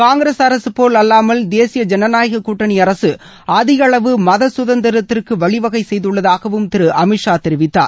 காங்கிரஸ் அரசு போல் அல்லாமல் தேசிய ஜனநாயக கூட்டணி அரசு அதிக அளவு மத சுதந்திரத்திற்கு வழிவகை செய்துள்ளதாகவும் திரு அமித் ஷா தெரிவித்தார்